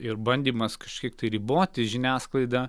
ir bandymas kažkiek tai riboti žiniasklaidą